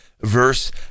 verse